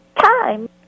time